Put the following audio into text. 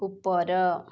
ଉପର